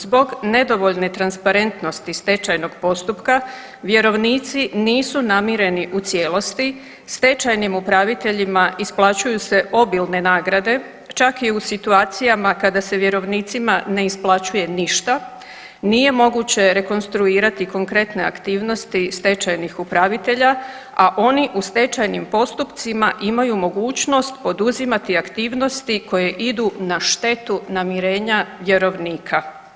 Zbog nedovoljne transparentnosti stečajnog postupka vjerovnici nisu namireni u cijelosti, stečajnim upraviteljima isplaćuju se obilne nagrade čak i u situacijama kada se vjerovnicima ne isplaćuje ništa, nije moguće rekonstruirati konkretne aktivnosti stečajnih upravitelja, a oni u stečajnim postupcima imaju mogućnost poduzimati aktivnosti koje idu na štetu namirenja vjerovnika.